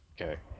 Okay